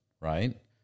Right